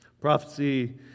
Prophecy